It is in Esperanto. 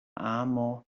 amo